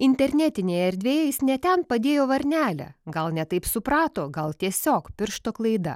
internetinėje erdvėje jis ne ten padėjo varnelę gal ne taip suprato gal tiesiog piršto klaida